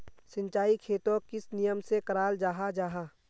सिंचाई खेतोक किस नियम से कराल जाहा जाहा?